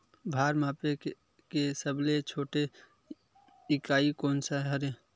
भार मापे के सबले छोटे इकाई कोन सा हरे?